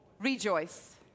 Rejoice